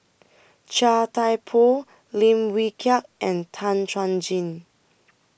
Chia Thye Poh Lim Wee Kiak and Tan Chuan Jin